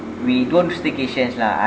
we don't staycations lah